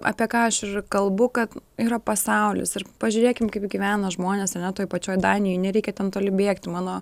apie ką aš ir kalbu kad yra pasaulis ir pažiūrėkim kaip gyvena žmonės ar ne toj pačioj danijoj nereikia ten toli bėgti mano